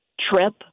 trip